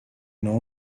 know